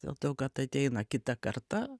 dėl to kad ateina kita karta